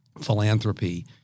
philanthropy